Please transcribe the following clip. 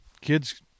kids